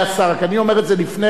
אני אומר את זה לפני כן,